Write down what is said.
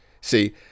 See